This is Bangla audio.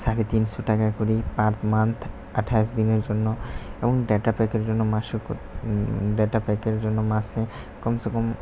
সাড়ে তিনশো টাকা করে পার মান্থ আঠাশ দিনের জন্য এবং ড্যাটা প্যাকের জন্য মাসে ড্যাটা প্যাকের জন্য মাসে কমসে কম